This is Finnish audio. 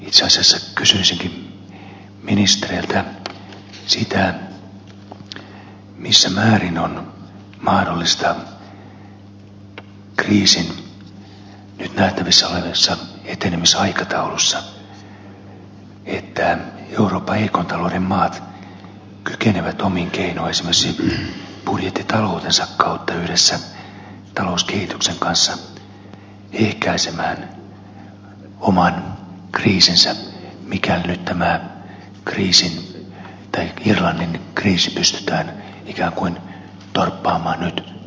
itse asiassa kysyisinkin ministereiltä sitä missä määrin on mahdollista kriisin nyt nähtävissä olevassa etenemisaikataulussa että euroopan heikon talouden maat kykenevät omin keinoin esimerkiksi budjettitaloutensa kautta yhdessä talouskehityksen kanssa ehkäisemään oman kriisinsä mikäli nyt tämä irlannin kriisi pystytään ikään kuin torppaamaan irlantiin